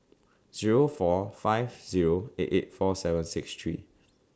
Zero four five Zero eight eight four seven six three